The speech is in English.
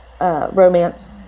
romance